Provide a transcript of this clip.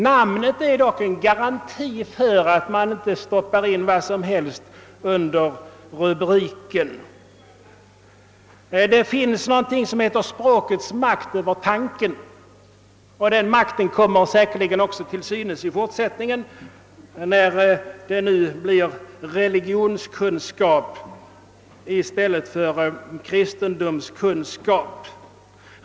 Namnet är dock en garanti för att man inte stoppar in vad som helst under ämnesrubriken. Det finns något som heter »språkets makt över tanken», och den makten kommer säkert också till synes i fortsättningen, när det nu blir religionskunskap i stället för kristendomskunskap.